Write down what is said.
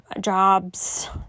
jobs